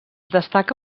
destaca